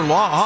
Law